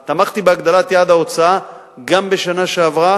אני תמכתי בהגדלת יעד ההוצאה גם בשנה שעברה